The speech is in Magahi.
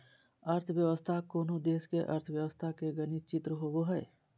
अर्थव्यवस्था कोनो देश के अर्थव्यवस्था के गणित चित्र होबो हइ